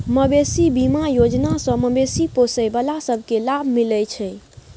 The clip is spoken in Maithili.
मबेशी बीमा योजना सँ मबेशी पोसय बला सब केँ लाभ मिलइ छै